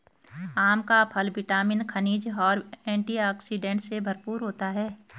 आम का फल विटामिन, खनिज और एंटीऑक्सीडेंट से भरपूर होता है